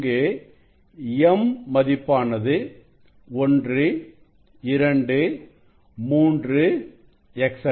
இங்கு m மதிப்பானது 123 etc